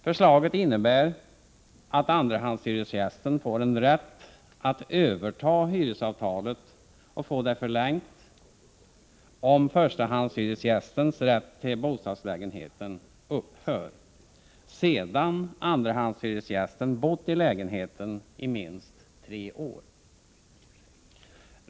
Förslaget innebär att andrahandshyresgästen får en rätt att överta hyresavtalet och få det förlängt, om förstahandshyresgästens rätt till bostadslägenheten upphör sedan andrahandshyresgästen bott i lägenheten i minst tre år.